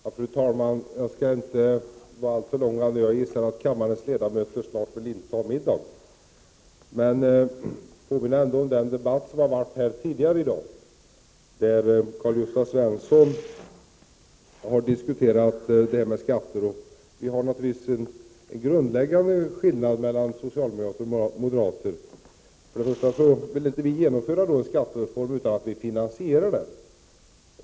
Fru talman! I den debatt som har förts tidigare i dag, där bl.a. Karl-Gösta Svenson har diskuterat skatter, finns det naturligtvis en grundläggande skillnad mellan socialdemokrater och moderater. Vi vill inte genomföra en skattereform utan att vi finansierar den.